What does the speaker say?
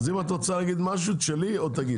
אם את רוצה להגיד משהו תשאלי או תגידי.